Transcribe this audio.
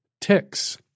ticks